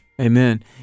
Amen